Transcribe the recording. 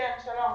לי תשובה לזה.